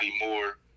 more